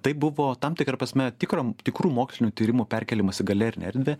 tai buvo tam tikra prasme tikro tikrų mokslinių tyrimų perkėlimas į galerinę erdvę